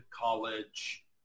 college